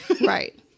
Right